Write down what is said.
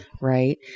Right